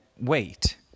wait